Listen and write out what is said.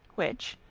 which,